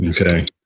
Okay